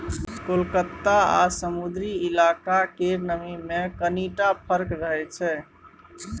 कलकत्ता आ समुद्री इलाका केर नमी मे कनिटा फर्क रहै छै